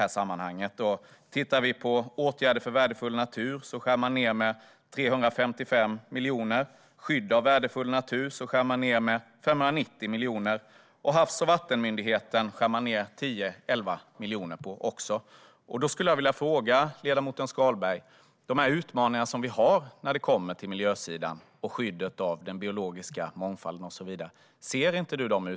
Man skär ned med 355 miljoner på åtgärder för värdefull natur, med 590 miljoner på skydd av värdefull natur och med 10-11 miljoner på Havs och vattenmyndigheten. Jag vill fråga Jesper Skalberg Karlsson: Ser du inte de utmaningar som vi har på miljösidan, när det gäller skyddet av den biologiska mångfalden och så vidare?